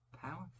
powerful